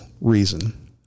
reason